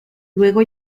luego